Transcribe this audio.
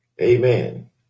Amen